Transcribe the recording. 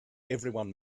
everyone